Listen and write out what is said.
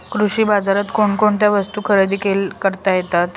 कृषी बाजारात कोणकोणत्या वस्तू खरेदी करता येतात